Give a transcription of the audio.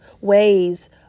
ways